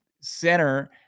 center